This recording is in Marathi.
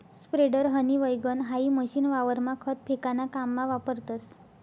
स्प्रेडर, हनी वैगण हाई मशीन वावरमा खत फेकाना काममा वापरतस